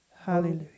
Hallelujah